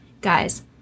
guys